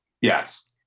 Yes